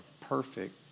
perfect